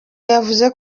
yavuze